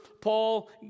Paul